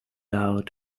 out